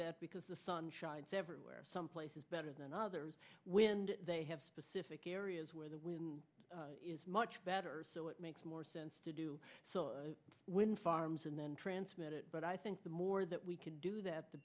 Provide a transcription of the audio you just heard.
that because the sun shines everywhere some places better than others when they have specific areas where the wind is much better so it makes more sense to do wind farms and then transmit it but i think the more that we can do that the